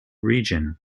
region